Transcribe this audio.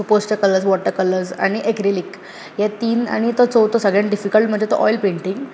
so poster colours water colours आनी acrylic हे तीन आनी तो चवथो सगळ्यांत डिफिकल्ट म्हणजे तो ऑयल पैंटिंग